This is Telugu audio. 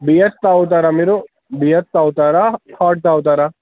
బియర్స్ త్రాగుతారా మీరు బియర్స్ త్రాగుతారా హార్డ్ త్రాగుతారా